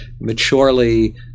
maturely